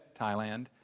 Thailand